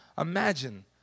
Imagine